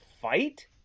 fight